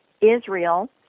Israel